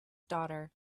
daughter